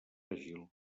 àgil